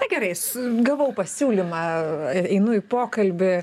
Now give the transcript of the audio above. na gerai su gavau pasiūlymą einu į pokalbį